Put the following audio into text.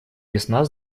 весна